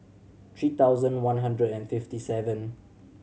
three thousand one hundred and fifty seven